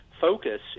focus